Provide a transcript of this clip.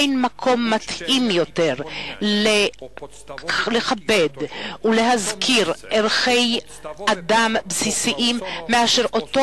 אין מקום מתאים יותר לכבד ולהזכיר ערכי אנוש בסיסיים מאשר אותו